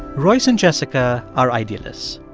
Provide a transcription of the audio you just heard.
royce and jessica are idealists.